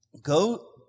go